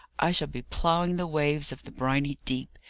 i shall be ploughing the waves of the briny deep,